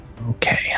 Okay